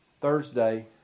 Thursday